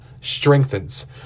strengthens